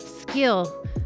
skill